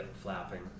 flapping